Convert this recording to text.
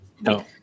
No